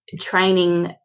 training